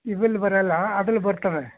ಇವಿಲ್ಲಿ ಬರೋಲ್ಲ ಅದ್ರಲ್ಲಿ ಬರ್ತವೆ